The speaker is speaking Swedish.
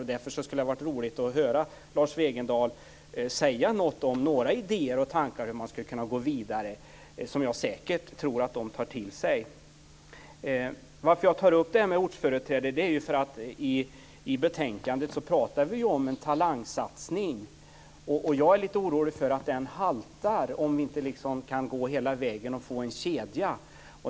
Det skulle därför ha varit roligt att höra Lars Wegendal ge några idéer och tankar om hur man skulle kunna gå vidare. Det tror jag säkert att de skulle ta till sig. Varför jag tar upp detta med ortsföreträde är att vi i betänkandet talar om en talangsatsning. Jag är lite orolig för att den haltar om vi inte kan gå hela vägen och få en kedja.